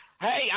Hey